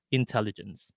intelligence